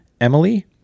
emily